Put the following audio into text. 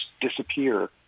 disappear